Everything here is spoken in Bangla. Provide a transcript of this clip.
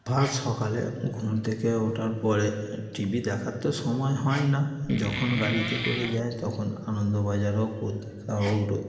ফার্স্ট সকালে ঘুম থেকে ওঠার পরে টি ভি দেখার তো সময় হয় না যখন গাড়িতে করে যাই তখন আনন্দবাজার হোক পত্রিকা হোক রো